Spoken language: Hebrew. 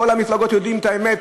כל המפלגות יודעות את האמת.